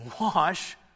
wash